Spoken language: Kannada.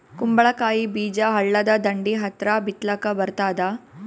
ಕುಂಬಳಕಾಯಿ ಬೀಜ ಹಳ್ಳದ ದಂಡಿ ಹತ್ರಾ ಬಿತ್ಲಿಕ ಬರತಾದ?